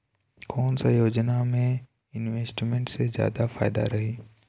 कोन सा योजना मे इन्वेस्टमेंट से जादा फायदा रही?